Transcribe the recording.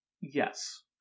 yes